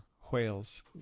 Whales